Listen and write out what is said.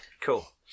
cool